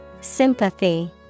Sympathy